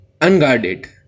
unguarded